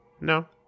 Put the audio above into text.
no